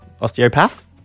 Osteopath